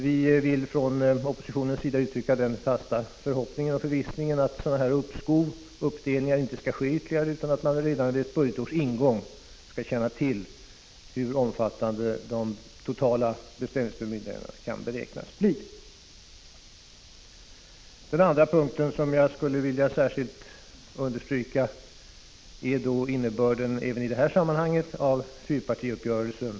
Vi vill från oppositionens sida uttrycka den fasta förhoppningen och förvissningen att ytterligare sådana här uppskov och uppdelningar inte skall ske, utan att man redan vid ett budgetårs ingång skall känna till hur omfattande de totala beställningsbemyndigandena kan beräknas bli. Den andra punkten som jag skulle vilja understryka särskilt även i detta sammanhang är innebörden av fyrpartiuppgörelsen.